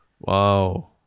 Wow